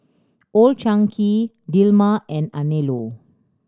Old Chang Kee Dilmah and Anello